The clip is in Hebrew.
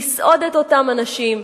לסעוד את אותם אנשים.